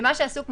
ומה שעשו,